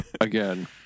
Again